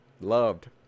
loved